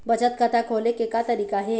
बचत खाता खोले के का तरीका हे?